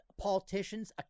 politicians